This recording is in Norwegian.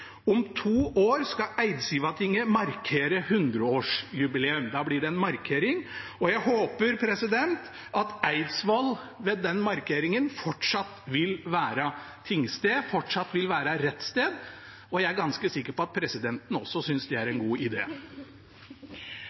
Om to år skal Eidsivatinget markere 1 000-årsjubileum. Da blir det nok en markering, og jeg håper at Eidsvoll ved den markeringen fortsatt vil være tingsted – fortsatt vil være rettssted. Jeg er ganske sikker på at presidenten også synes det er en god